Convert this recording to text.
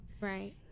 Right